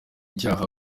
cyaha